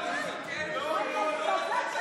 לא, לא, אני מבקש.